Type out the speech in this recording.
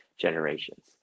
generations